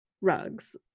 rugs